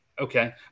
Okay